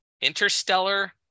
Interstellar